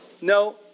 No